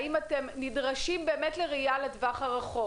האם אתם נדרשים באמת לראייה לטווח הרחוק